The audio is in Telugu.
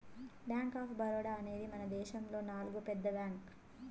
బ్యాంక్ ఆఫ్ బరోడా అనేది మనదేశములో నాల్గో పెద్ద బ్యాంక్